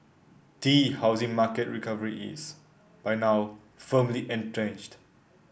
tea housing market recovery is by now firmly entrenched